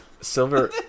Silver